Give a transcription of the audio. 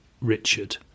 Richard